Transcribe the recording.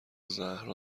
زهرا